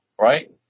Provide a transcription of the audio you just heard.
right